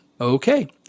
Okay